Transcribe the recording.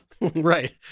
right